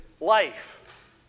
life